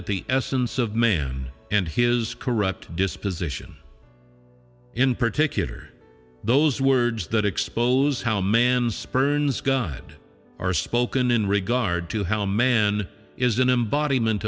at the essence of man and his corrupt disposition in particular those words that expose how man spurns god are spoken in regard to how man is an embodiment